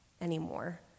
anymore